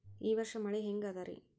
ಈ ವರ್ಷ ಮಳಿ ಹೆಂಗ ಅದಾರಿ?